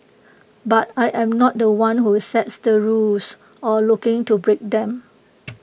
but I am not The One who sets the rules or looking to break them